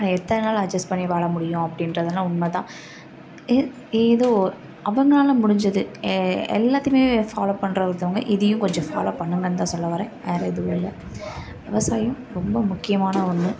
அது எத்தனை நாள் அட்ஜஸ்ட் பண்ணி வாழ முடியும் அப்படின்றதுலாம் உண்மை தான் ஏதோ அவங்களால் முடிஞ்சது எல்லோத்தையுமே ஃபாலோவ் பண்ணுற ஒருத்தங்க இதையும் கொஞ்சம் ஃபாலோ பண்ணுங்கன்னு தான் சொல்லவர்றேன் வேறு எதுவும் இல்லை விவசாயம் ரொம்ப முக்கியமான ஒன்று